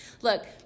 Look